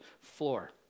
floor